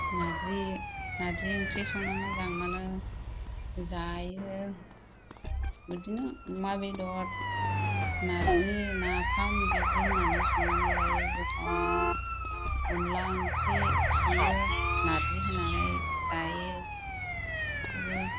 नारजि नारजि ओंख्रि संनो मोजां मोनो जायो बिदिनो अमा बेदर नारजि नाफाम बिदि होननानै संनानै जायो गोथाव मोनो अनद्ला ओंख्रि सङो नारजि होनानै जायो सङो